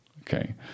okay